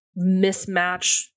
mismatch